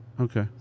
Okay